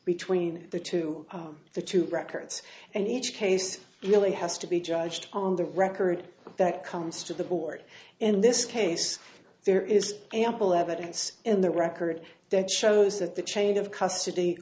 between the two the two records and each case really has to be judged on the record that comes to the board in this case there is ample evidence in the record that shows that the chain of custody